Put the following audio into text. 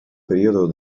periodo